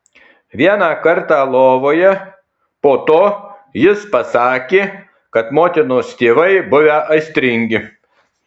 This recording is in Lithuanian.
vieną kartą lovoje po to jis pasakė kad motinos tėvai buvę aistringi